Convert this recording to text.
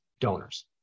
donors